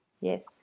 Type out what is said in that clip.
Yes